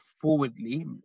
forwardly